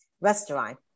restaurant